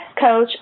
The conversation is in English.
coach